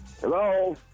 Hello